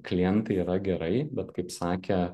klientai yra gerai bet kaip sakė